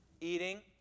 Eating